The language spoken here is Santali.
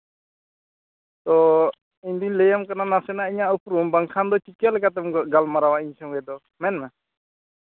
ᱛᱚ ᱤᱧ ᱫᱩᱧ ᱞᱟᱹᱭᱟᱢᱟ ᱠᱟᱱᱟ ᱱᱟᱥᱮᱱᱟᱜ ᱤᱧᱟᱹᱜ ᱩᱯᱨᱩᱢ ᱵᱟᱝᱠᱷᱟᱱ ᱫᱚ ᱪᱤᱠᱟᱹ ᱞᱮᱠᱟᱛᱮᱢ ᱜᱟᱞᱢᱟᱨᱟᱣᱟ ᱤᱧ ᱥᱚᱸᱜᱮ ᱫᱚ ᱢᱮᱱᱢᱮ